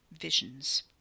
visions